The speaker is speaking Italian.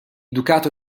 ducato